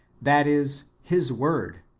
that is, his word,